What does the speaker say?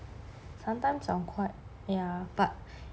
sometimes I'm quite ya but